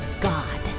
God